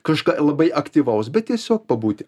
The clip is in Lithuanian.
kažką labai aktyvaus bet tiesiog pabūti